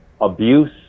abuse